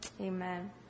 Amen